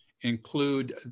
include